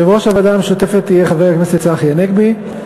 יושב-ראש הוועדה המשותפת יהיה חבר הכנסת צחי הנגבי.